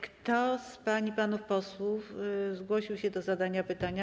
Kto z pań i panów posłów zgłosił się do zadania pytania?